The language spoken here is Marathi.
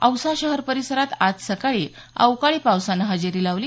औसा शहर परिसरात आज सकाळी अवकाळी पावसानं हजेरी लावली